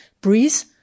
Breeze